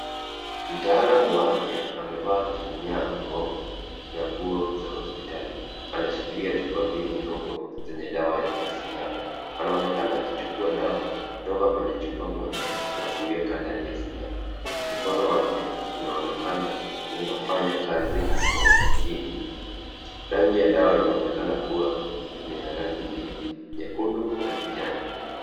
Mtaalamu wa afya amevaa kinyago na nguo za hospitali. Anashikilia chupa mbili ndogo, zenye dawa na sindano. Anaonekana akichukua dawa kutoka kwenye chupa moja na kuiweka ndani ya sindano. Mkono wake inaonekana, unafanya kazi kwa umakini. Rangi ya dawa inaonekana kuwa ni ya rangi mbili, nyekundu na kijani.